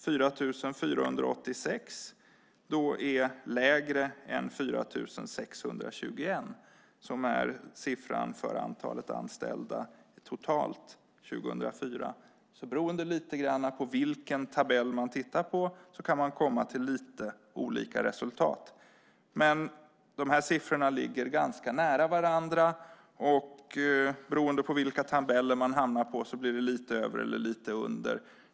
4 486 kan konstateras vara mindre än 4 621, som är siffran för det totala antalet anställda år 2004. Lite grann beroende på vilken tabell man tittar på kan man komma till lite olika resultat, men siffrorna ligger ganska nära varandra. Beroende på vilka tabeller man hamnar på blir det lite över eller lite under.